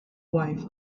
wife